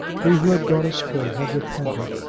he who had gone astray had repented,